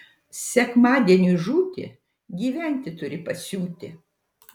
sekmadieniui žūti gyventi turi pasiūti